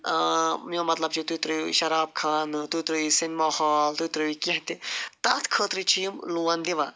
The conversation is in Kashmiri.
میٛون مطلب چھُ تُہۍ تٔرٲوِو شراب خانہٕ تُہۍ تٔرٲوِو سینِما ہال تُہۍ تٔرٲوِو کیٚنٛہہ تہِ تتھ خٲطرٕ چھِ یِم لون دِوان